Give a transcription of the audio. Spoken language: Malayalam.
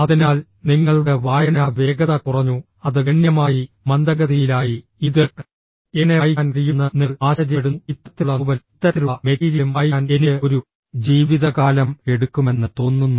അതിനാൽ നിങ്ങളുടെ വായനാ വേഗത കുറഞ്ഞു അത് ഗണ്യമായി മന്ദഗതിയിലായി ഇത് എങ്ങനെ വായിക്കാൻ കഴിയുമെന്ന് നിങ്ങൾ ആശ്ചര്യപ്പെടുന്നു ഇത്തരത്തിലുള്ള നോവലും ഇത്തരത്തിലുള്ള മെറ്റീരിയലും വായിക്കാൻ എനിക്ക് ഒരു ജീവിതകാലം എടുക്കുമെന്ന് തോന്നുന്നു